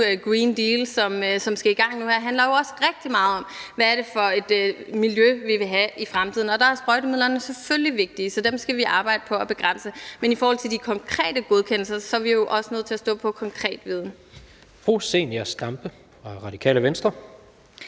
Green Deal, som skal i gang nu her, handler jo også rigtig meget om, hvad det er for et miljø, vi vil have i fremtiden, og dér er sprøjtemidlerne selvfølgelig vigtige, så dem skal vi arbejde på at begrænse. Men i forhold til de konkrete godkendelser er vi jo også nødt til at stå på konkret viden.